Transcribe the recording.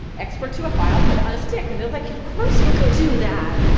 export to a file, put it on a stick. and they're like, of course you can do that!